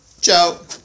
Ciao